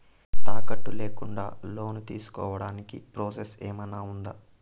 తాకట్టు లేకుండా లోను తీసుకోడానికి ప్రాసెస్ ఏమన్నా ఉందా?